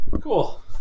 Cool